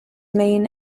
main